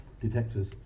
detectors